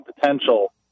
potential